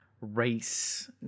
race